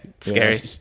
scary